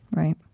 right?